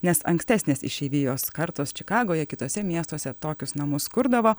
nes ankstesnės išeivijos kartos čikagoje kituose miestuose tokius namus kurdavo